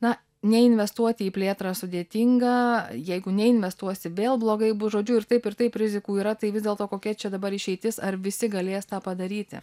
na neinvestuoti į plėtrą sudėtinga jeigu neinvestuosi vėl blogai bus žodžiu ir taip ir taip rizikų yra tai vis dėlto kokia čia dabar išeitis ar visi galės tą padaryti